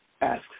ask